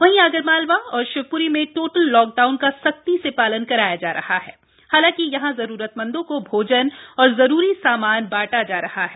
वहीं आगरमालवा और शिवप्री में टोटल लॉगडाउन का सख्ती से पालन कराया जा रहा है हालांकि यहां जरूरतमंदों को भोजन और जरूरी सामान बांटा जा रहा है